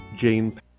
Jane